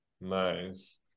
Nice